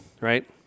right